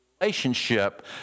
relationship